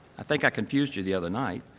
i think i confused you the other night.